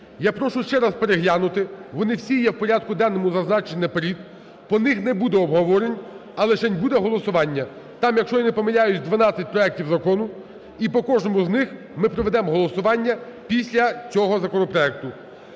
Я прошу ще раз переглянути, вони всі є в порядку денному зазначені наперед, по них не буде обговорень, а лишень буде голосування. Там, якщо я не помиляюсь, 12 проектів законі, і по кожному з них ми проведемо голосування після цього законопроекту.